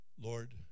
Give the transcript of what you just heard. Lord